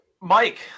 Mike